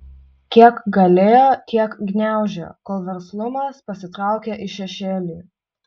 kiek galėjo tiek gniaužė kol verslumas pasitraukė į šešėlį